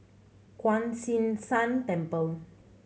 Kuan Yin San Temple